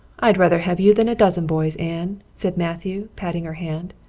i'd rather have you than a dozen boys, anne, said matthew patting her hand.